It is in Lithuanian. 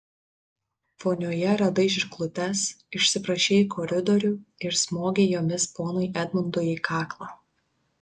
vonioje radai žirklutes išsiprašei į koridorių ir smogei jomis ponui edmundui į kaklą